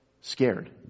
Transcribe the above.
scared